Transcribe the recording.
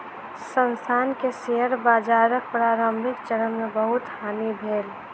संस्थान के शेयर बाजारक प्रारंभिक चरण मे बहुत हानि भेल